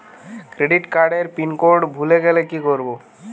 Credit কার্ডের pin code ভুলে গেলে কি করব?